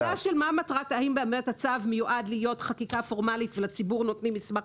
האם הצו מיועד להיות חקיקה פורמלית ולציבור נותנים מסמך